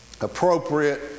appropriate